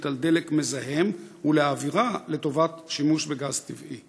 על דלק מזהם ולהעבירה לטובת שימוש בגז טבעי?